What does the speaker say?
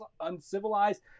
uncivilized